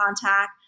contact